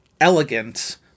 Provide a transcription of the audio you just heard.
elegant